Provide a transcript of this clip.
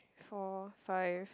four five